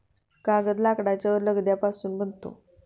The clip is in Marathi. कागद लाकडाच्या लगद्यापासून बनतो